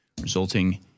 resulting